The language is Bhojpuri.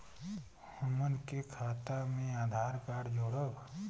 हमन के खाता मे आधार कार्ड जोड़ब?